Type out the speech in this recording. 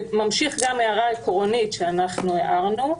הערה עקרונית שהערנו: